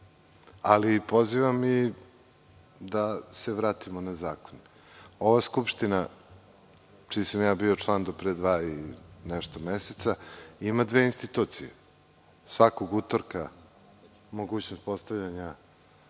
ali pozivam ih da se vratimo na zakon. Ova Skupština čiji sam bio član do pre dva i nešto meseca, ima dve institucije. Svakog utorka mogućnost postavljanja